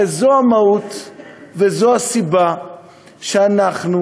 הרי זו המהות וזו הסיבה שאנחנו